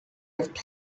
have